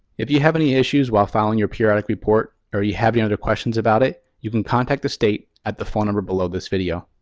if you have any issues while filing your periodic report, or you have any you know other questions about it. you can contact the state at the phone number below this video.